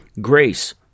Grace